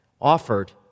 offered